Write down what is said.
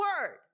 word